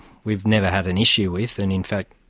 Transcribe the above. we've never had an issue with, and in fact